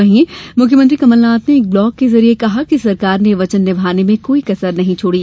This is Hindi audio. वहीं मुख्यमंत्री कमलनाथ ने एक ब्लॉग के जरिए कहा कि सरकार ने वचन निभाने में कोई कसर नहीं छोड़ी